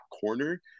corner